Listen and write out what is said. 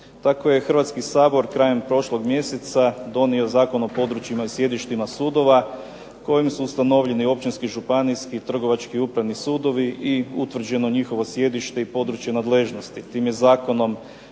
Hrvatski sabor krajem prošlog mjeseca donio Zakon o područjima i sjedištima sudova kojim su ustanovljeni općinski, županijski, trgovački i upravni sudovi i utvrđeno njihovo sjedište i područje nadležnosti.